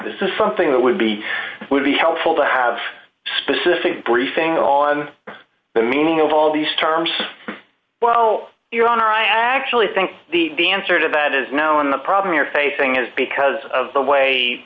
this is something that would be would be helpful to have specific briefing on the meaning of all these terms your honor i actually think the answer to that is now in the problem you're facing is because of the way